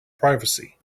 privacy